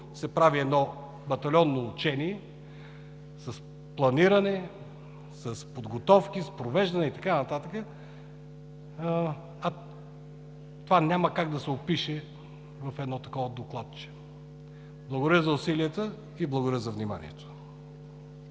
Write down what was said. се прави едно батальонно учение с планиране, с подготовки, с провеждане и така нататък. Това няма как да се опише в едно такова докладче. Благодаря за усилията. Благодаря за вниманието.